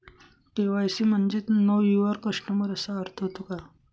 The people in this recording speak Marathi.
के.वाय.सी म्हणजे नो यूवर कस्टमर असा अर्थ होतो का?